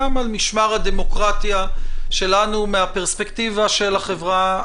גם על משמר הדמוקרטיה שלנו מהפרספקטיבה של החברה